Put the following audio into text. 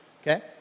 Okay